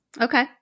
Okay